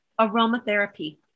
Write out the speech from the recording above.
aromatherapy